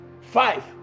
five